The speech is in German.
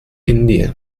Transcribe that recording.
indien